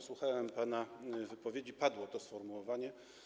Słuchałem pana wypowiedzi, padło to sformułowanie.